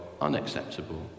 unacceptable